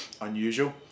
unusual